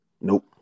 Nope